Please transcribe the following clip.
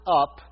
up